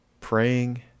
praying